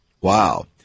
Wow